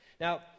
Now